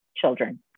children